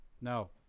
No